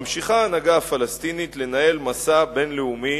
ממשיכה ההנהגה הפלסטינית לנהל מסע בין-לאומי